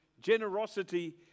generosity